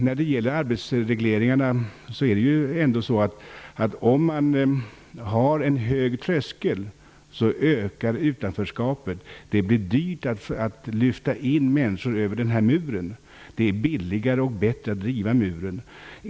När det gäller arbetsregleringarna är det ändå så att om man har en hög tröskel så ökar utanförskapet. Det blir dyrt att lyfta in människor över muren. Det är billigare och bättre att riva muren.